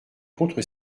contre